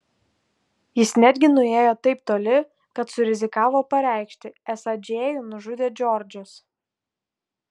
jis netgi nuėjo taip toli kad surizikavo pareikšti esą džėjų nužudė džordžas